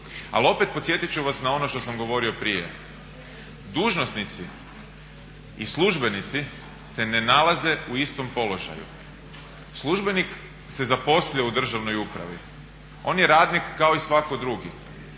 Ali opet podsjetit ću vas na ono što sam govorio prije, dužnosnici i službenici se ne nalaze u istom položaju. Službenik se zaposlio u državnoj upravi, on je radnik kao i svatko drugi